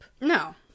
No